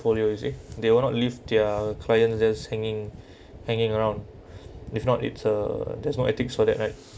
portfolio you see they will not leave their clients just hanging hanging around if not it's a that's no ethics for that right